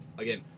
Again